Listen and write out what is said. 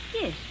Yes